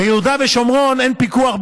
ביהודה ושומרון אין בכלל פיקוח.